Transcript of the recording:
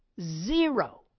zero